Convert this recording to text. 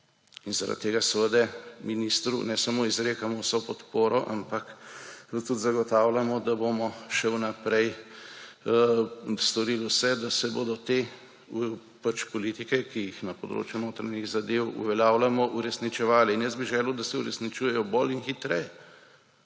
In zaradi tega seveda ministru ne samo izrekamo vso podporo, ampak mu tudi zagotavljamo, da bomo še vnaprej storili vse, da se bodo te politike, ki jih na področju notranjih zadev uveljavljamo, uresničevale. In jaz bi želel, da se uresničujejo bolj in hitreje.